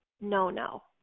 no-no